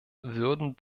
würden